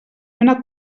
una